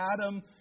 Adam